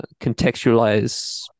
contextualize